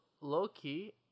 low-key